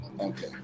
Okay